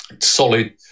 solid